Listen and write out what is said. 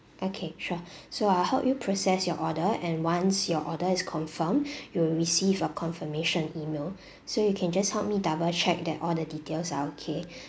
okay sure so I'll help you process your order and once your order is confirmed you will receive a confirmation email so you can just help me double check that all the details are okay